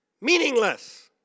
meaningless